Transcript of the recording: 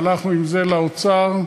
והלכנו עם זה לאוצר,